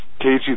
KG